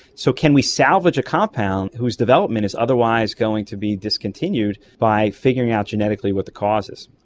so can we salvage a compound whose development is otherwise going to be discontinued by figuring out genetically what the cause is.